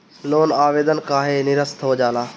Loan आवेदन काहे नीरस्त हो जाला?